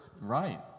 Right